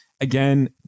again